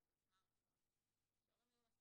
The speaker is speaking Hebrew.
שלא הולכים לישון כי הם עדיין בסמרטפון,